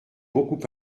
beaucoup